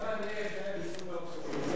בזכות האופוזיציה.